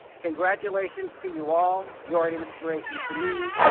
congratulations to you all. you're an inspiration to me,